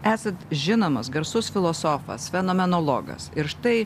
esat žinomas garsus filosofas fenomenologas ir štai